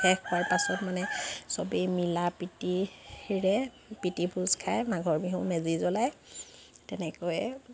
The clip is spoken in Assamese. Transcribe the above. শেষ হোৱাৰ পাছত মানে চবেই মিলা পিটিৰে প্ৰীতি ভোজ খাই মাঘৰ বিহু মেজি জ্বলায় তেনেকৈয়ে